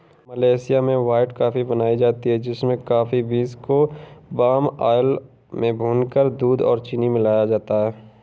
Malaysia में white coffee बनाई जाती है जिसमें कॉफी बींस को पाम आयल में भूनकर दूध और चीनी मिलाया जाता है